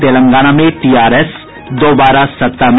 तेलंगाना में टीआरएस दोबारा सत्ता में